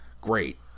great